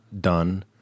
done